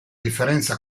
differenza